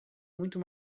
muito